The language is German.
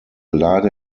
lage